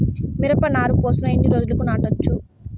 మిరప నారు పోసిన ఎన్ని రోజులకు నాటచ్చు?